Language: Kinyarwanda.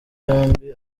yombi